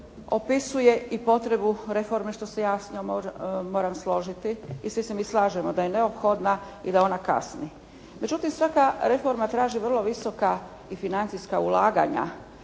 opisuje i potrebu reforme, što se ja s njom moram složiti i svi se mi slažemo da je neophodna i da ona kasni. Međutim, svaka reforma traži vrlo visoka i financijska ulaganja